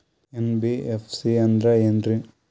NBFC ಅಂದ್ರ ಏನ್ರೀ?